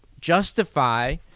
justify